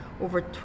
over